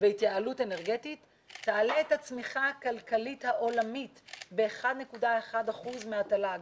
והתייעלות אנרגטית תעלה את הצמיחה הכלכלית העולמית ב-1.1 אחוז מהתל"ג